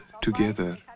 together